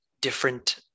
different